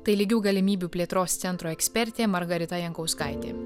tai lygių galimybių plėtros centro ekspertė margarita jankauskaitė